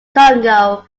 congo